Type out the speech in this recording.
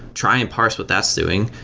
try and parse what that's doing,